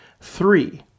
three